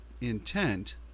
intent